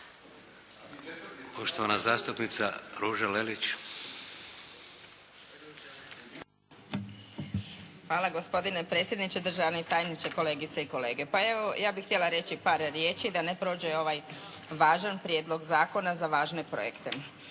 Poštovana zastupnica Ruža Lelić. **Lelić, Ruža (HDZ)** Hvala gospodine predsjedniče, državni tajniče, kolegice i kolege. Pa evo, ja bih htjela reći par riječ da ne prođe ovaj važan prijedlog zakona za važne projekte.